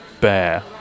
bear